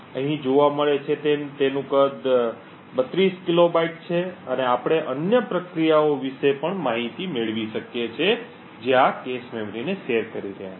અહીં જોવા મળે છે તેમ તેનું કદ 32 કિલોબાઇટ છે અને આપણે અન્ય પ્રક્રિયાઓ વિશે પણ માહિતી મેળવી શકીએ છીએ જે આ cache મેમરીને શેર કરી રહ્યા છે